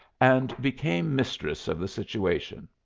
and became mistress of the situation.